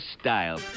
style